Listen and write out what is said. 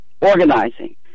organizing